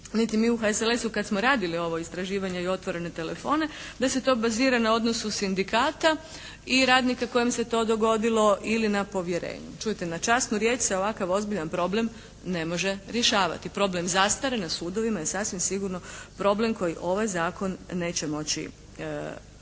mi u HSLS-u kad smo radili ovo istraživanje i otvorene telefone da se to bazira na odnosu sindikata i radnika kojima se to dogodilo ili na povjerenju. Čujte, na časnu riječ se ovakav ozbiljan problem ne može rješavati. Problem zastare na sudovima je sasvim sigurno problem koji ovaj zakon neće moći riješiti.